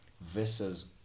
versus